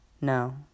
No